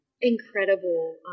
incredible